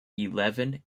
eleven